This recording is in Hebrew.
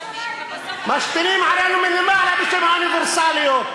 משתינים עלינו מלמעלה בשם האוניברסליות,